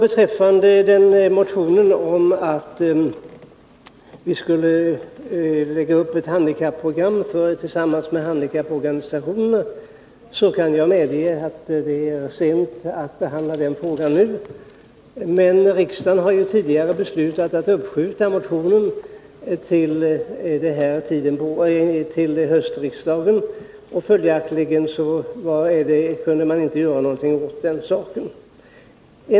Beträffande motionen om att det borde läggas upp ett handikapprogram tillsammans med handikapporganisationerna kan jag medge att det är väl sent att behandla den frågan nu. Men riksdagen har ju tidigare beslutat uppskjuta behandlingen av motionen till hösten, och följaktligen kunde man inte göra någonting åt saken nu.